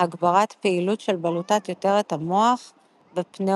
הגברת פעילות של בלוטת יותרת המוח ופנאומוניטיס.